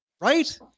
Right